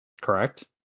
Correct